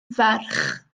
ferch